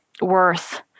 worth